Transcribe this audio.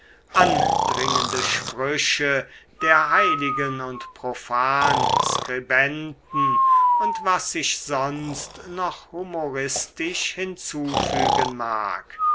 andringende sprüche der heiligen und profanskribenten und was sich sonst noch humoristisch hinzufügen mag